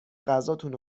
غذاتون